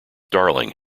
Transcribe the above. darling